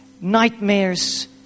Nightmares